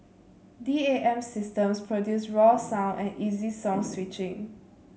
D A M systems produce raw sound and easy song switching